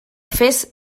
fes